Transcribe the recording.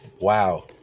Wow